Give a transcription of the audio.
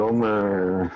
אדוני.